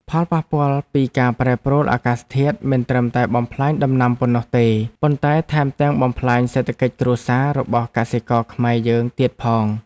ផលប៉ះពាល់ពីការប្រែប្រួលអាកាសធាតុមិនត្រឹមតែបំផ្លាញដំណាំប៉ុណ្ណោះទេ ប៉ុន្តែថែមទាំងបំផ្លាញសេដ្ឋកិច្ចគ្រួសាររបស់កសិករខ្មែរយើងទៀតផង។